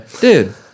Dude